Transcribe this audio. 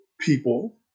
people